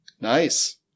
Nice